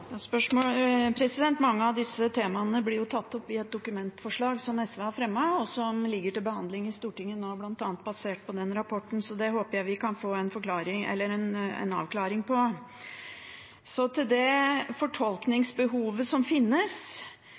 Mange av disse temaene blir jo tatt opp i et dokumentforslag som SV har fremmet, og som ligger til behandling i Stortinget nå, bl.a. basert på den rapporten, så det håper jeg vi kan få en avklaring av. Så til det fortolkningsbehovet som finnes: